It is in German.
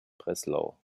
breslau